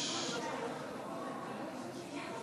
39 בעד, 49 נגד.